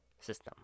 system